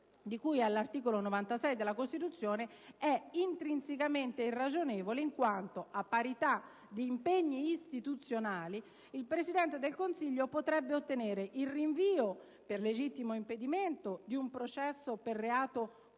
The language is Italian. di cui all'articolo 96 della Costituzione, è intrinsecamente irragionevole in quanto, a parità di impegni istituzionali, il Presidente del Consiglio potrebbe ottenere il rinvio per legittimo impedimento di un processo per reato comune